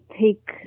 take